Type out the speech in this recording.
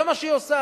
זה מה שהיא עושה.